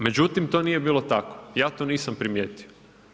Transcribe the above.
Međutim, to nije bilo tako, ja to nisam primijetio.